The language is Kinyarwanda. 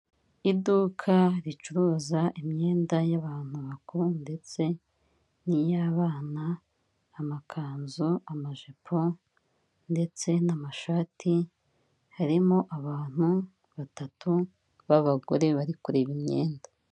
Iduka ricuruza imyenda y'abantu bakuru ndetse n'iy'abana, amakanzu, amajipo ndetse n'amashati, harimo abantu batatu b'abagore bari kureba imyenda.